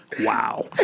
Wow